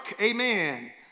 Amen